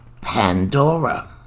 Pandora